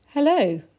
Hello